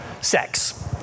sex